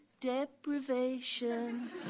deprivation